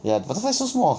ya the butterfly so small